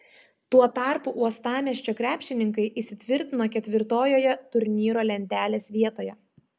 tuo tarpu uostamiesčio krepšininkai įsitvirtino ketvirtojoje turnyro lentelės vietoje